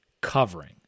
covering